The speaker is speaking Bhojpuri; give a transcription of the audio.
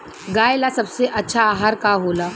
गाय ला सबसे अच्छा आहार का होला?